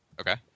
Okay